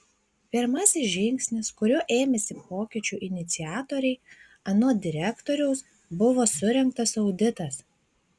pirmasis žingsnis kurio ėmėsi pokyčių iniciatoriai anot direktoriaus buvo surengtas auditas